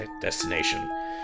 destination